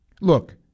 Look